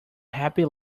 happy